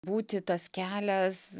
būti tas kelias